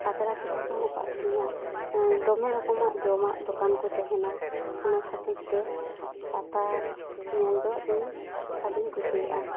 ᱯᱟᱛᱲᱟ ᱯᱤᱴᱷᱟᱹ ᱠᱚᱦᱚᱸᱠᱚ ᱟᱹᱠᱷᱟᱹᱨᱤᱧᱟ ᱫᱚᱢᱮ ᱨᱚᱠᱚᱢᱟᱜ ᱡᱚᱢᱟᱜ ᱫᱚᱠᱟᱱ ᱠᱚ ᱛᱟᱦᱮᱱᱟ ᱚᱱᱟ ᱠᱷᱟᱹᱛᱤᱨ ᱛᱮ ᱯᱟᱛᱟ ᱧᱮᱞ ᱫᱚ ᱤᱧ ᱟᱹᱰᱤᱧ ᱠᱩᱥᱤᱭᱟᱜᱼᱟ